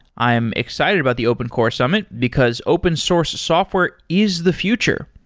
i am excited about the open core summit, because open source software is the future.